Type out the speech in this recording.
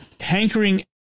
hankering